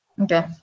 Okay